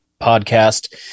Podcast